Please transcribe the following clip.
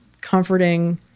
comforting